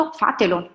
fatelo